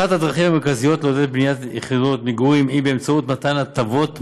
אחת הדרכים המרכזיות לעודד בניית יחידות מגורים היא מתן הטבות מס.